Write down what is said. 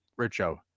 Richo